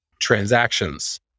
transactions